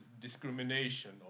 discrimination